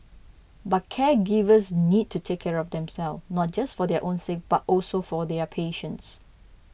but caregivers need to take care of themselves not just for their own sake but also for their patients